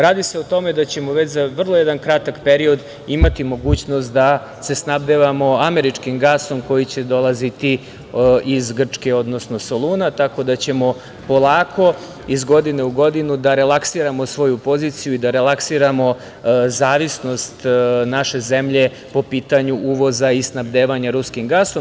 Radi se o tome da ćemo za vrlo kratak period imati mogućnost da snabdevamo američkim gasom, koji će dolaziti iz Grčke, odnosno Soluna, tako da ćemo polako iz godine u godinu da relaksiramo svoju poziciju i da relaksiramo zavisnost naše zemlje po pitanju uvoza i snabdevanja ruskim gasom.